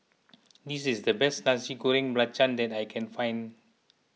this is the best Nasi Goreng Belacan that I can find